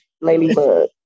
Ladybug